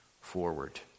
forward